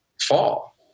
fall